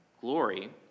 glory